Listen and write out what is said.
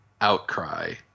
outcry